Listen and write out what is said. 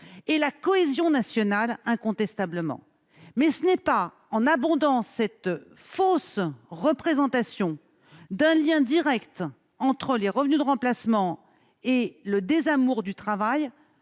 la cohésion nationale. Mais ce n'est pas en abondant cette fausse représentation d'un lien direct entre les revenus de remplacement et le désamour du travail